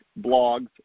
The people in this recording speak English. blogs